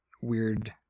weird